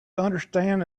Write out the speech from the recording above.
understand